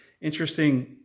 Interesting